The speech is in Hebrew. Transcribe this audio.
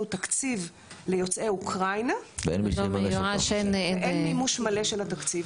תקציב ליוצאי אוקראינה ואין מימוש מלא של התקציב.